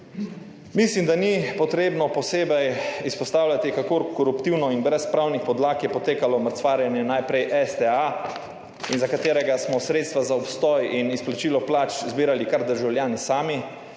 Mislim, da ni potrebno posebej izpostavljati, kako koruptivno in brez pravnih podlag je potekalo mrcvarjenje najprej STA in za katerega smo sredstva za obstoj in izplačilo plač zbirali kar državljani sami